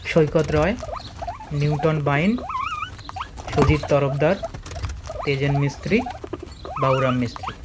Saikat Roy Newton Bain Sujit Tarafdar Tejen Mistry Bayuram Mistry